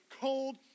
cold